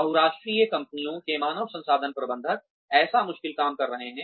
बहुराष्ट्रीय कंपनियों के मानव संसाधन प्रबंधक ऐसा मुश्किल काम कर रहे हैं